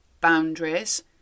boundaries